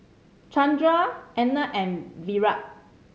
Chandra Anand and Virat